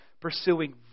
pursuing